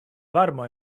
varmo